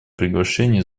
приглашение